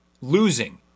losing